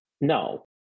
No